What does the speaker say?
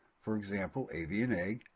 for example avian egg,